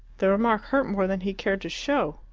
the remark hurt more than he cared to show.